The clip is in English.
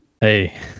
Hey